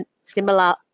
similar